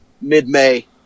mid-May